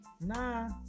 nah